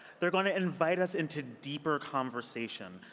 they're going to invite us into deeper conversation.